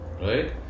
right